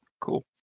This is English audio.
Cool